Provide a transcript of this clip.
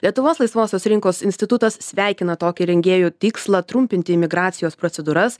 lietuvos laisvosios rinkos institutas sveikina tokį rengėjų tikslą trumpinti imigracijos procedūras